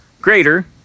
greater